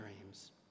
dreams